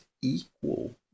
equal